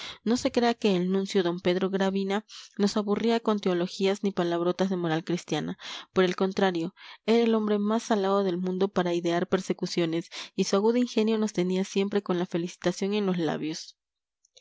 no se crea que el nuncio d pedro gravina nos aburría con teologías ni palabrotas de moral cristiana por el contrario era el hombre más salado del mundo para idear persecuciones y su agudo ingenio nos tenía siempre con la felicitación en los labios